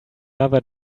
another